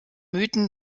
mythen